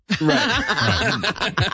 Right